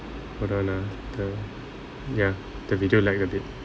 hold on ah the ya the video lag a bit